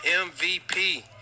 MVP